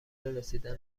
رسیدن